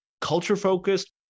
Culture-focused